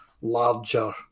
larger